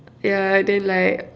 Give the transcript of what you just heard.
yeah then like